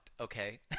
Okay